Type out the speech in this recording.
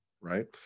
right